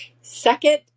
Second